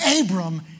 Abram